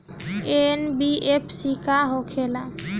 NBFC का होंखे ला?